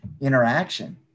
interaction